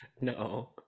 no